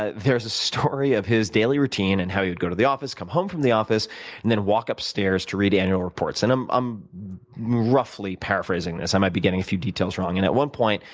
ah there's a story of his daily routine of and how we would go to the office, come home from the office and then walk up stairs to read annual reports. and i'm i'm roughly paraphrasing this i might be getting a few details wrong. and at one point,